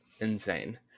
Insane